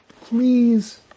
please